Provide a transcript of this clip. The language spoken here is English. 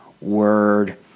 word